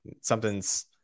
something's